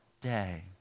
day